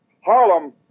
Harlem